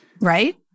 Right